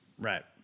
Right